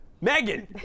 Megan